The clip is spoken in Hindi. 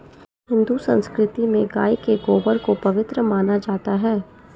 हिंदू संस्कृति में गाय के गोबर को पवित्र माना जाता है